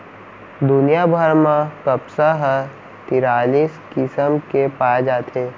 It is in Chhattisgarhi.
दुनिया भर म कपसा ह तिरालिस किसम के पाए जाथे